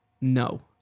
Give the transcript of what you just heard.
No